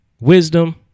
wisdom